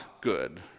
good